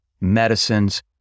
medicines